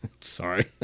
Sorry